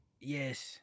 Yes